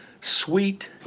sweet